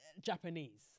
Japanese